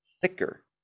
thicker